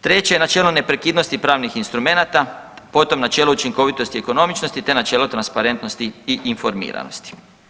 Treće, načelo neprekidnosti pravnih instrumenata, potom načelo učinkovitosti i ekonomičnosti, te načelo transparentnosti i informiranosti.